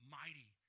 mighty